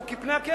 הוא כפני הכלב.